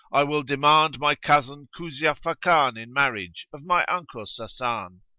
i will demand my cousin kuzia fakan in marriage of my uncle sasan.